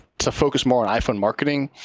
to focus more on iphone marketing.